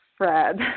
Fred